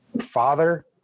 father